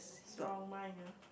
strong mind ah